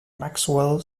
maxwell